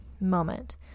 moment